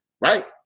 right